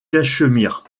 cachemire